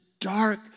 dark